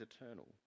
eternal